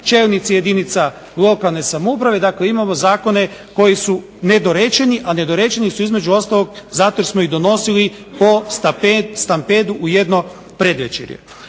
čelnici jedinica lokalne samouprave, dakle imamo zakone koji su nedorečeni, a nedorečeni su između ostalog zato jer smo ih donosili po stampedu u jedno predvečerje.